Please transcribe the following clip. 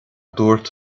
dúirt